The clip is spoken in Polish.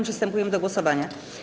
Przystępujemy do głosowania.